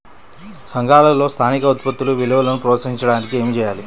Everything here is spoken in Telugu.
సంఘాలలో స్థానిక ఉత్పత్తుల విలువను ప్రోత్సహించడానికి ఏమి చేయాలి?